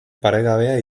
paregabea